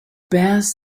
bears